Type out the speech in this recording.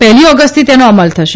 પહેલી ઓગષ્ટથી તેનો અમલ થશે